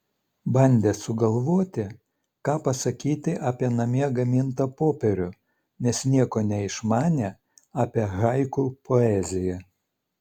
bandė sugalvoti ką pasakyti apie namie gamintą popierių nes nieko neišmanė apie haiku poeziją